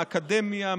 מהאקדמיה,